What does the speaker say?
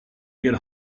get